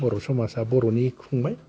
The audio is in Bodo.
बर' समाजा बर'नि खुंबाय